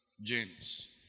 James